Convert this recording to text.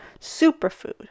superfood